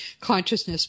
consciousness